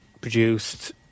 produced